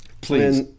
Please